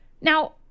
Now